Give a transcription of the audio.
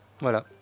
Voilà